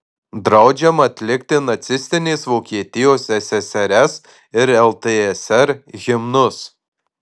draudžiama atlikti nacistinės vokietijos ssrs ir ltsr himnus